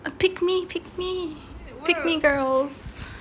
pick me pick me pick me girls